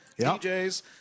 DJs